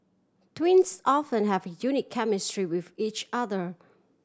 twins often have a unique chemistry with each other